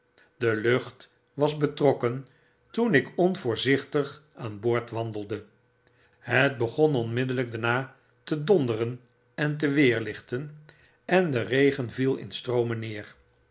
de lucht was betrokken toen ik onvoorzichtig aan boord wandelde het begon onmiddellyk daarna te donderen en te weerliehten en de regen viel in stroomen neer